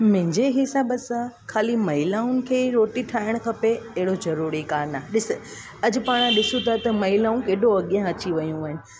मुंहिंजे हिसाब सां ख़ाली महिलाउनि खे ई रोटी ठाहिणु खपे अहिड़ो ज़रूरी कोन्हे ॾिसि अॼु पाण ॾिसूं था त महिलाऊं केॾो अॻियां अची वियूं आहिनि